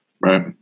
Right